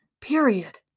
period